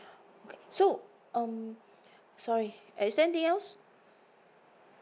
okay so um sorry is there anything else